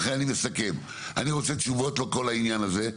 לכן אני מסכם, אני רוצה תשובות לכל העניין הזה.